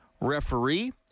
referee